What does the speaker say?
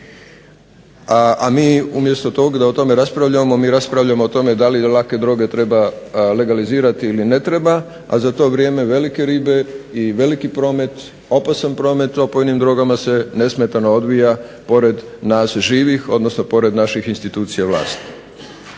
A mi umjesto toga da o tome raspravljamo mi raspravljamo o tome da li lake droge treba legalizirati ili ne treba, a za to vrijeme velike ribe i veliki promet, opasan promet opojnim drogama se nesmetano odvija pored nas živih odnosno pored naših institucija vlasti.